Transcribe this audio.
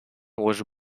was